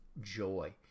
joy